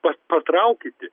pa patraukyti